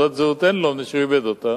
ותעודת זהות אין לו מפני שהוא איבד אותה.